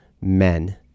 men